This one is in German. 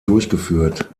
durchgeführt